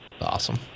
Awesome